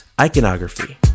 Iconography